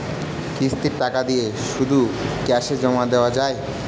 কিস্তির টাকা দিয়ে শুধু ক্যাসে জমা দেওয়া যায়?